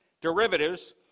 derivatives